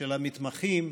של המתמחים,